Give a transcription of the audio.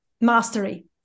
mastery